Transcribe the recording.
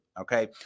Okay